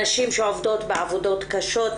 נשים שעובדות בעבודות קשות,